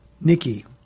Nikki